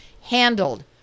handled